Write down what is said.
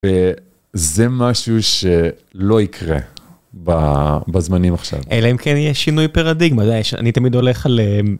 וזה משהו שלא יקרה בזמנים עכשיו. אלא אם כן יש שינוי פרדיגמה, אתה יודע, אני תמיד הולך על...